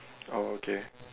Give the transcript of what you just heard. oh okay